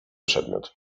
przedmiot